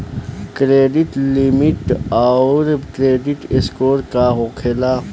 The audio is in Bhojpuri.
क्रेडिट लिमिट आउर क्रेडिट स्कोर का होखेला?